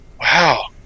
Wow